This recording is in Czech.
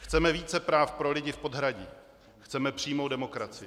Chceme více práv pro lidi v podhradí, chceme přímou demokracii.